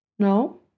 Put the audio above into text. No